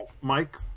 Mike